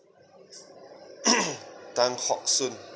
tan hock soon